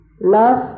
love